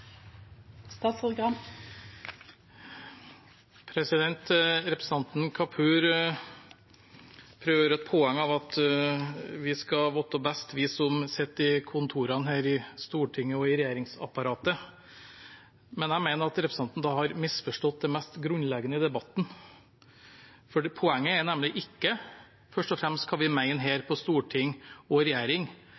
Representanten Kapur prøver å gjøre et poeng av at vi skal vite best, vi som sitter i kontorene her i Stortinget og i regjeringsapparatet, men jeg mener at representanten da har misforstått det mest grunnleggende i debatten. Poenget er nemlig ikke først og fremst hva vi mener her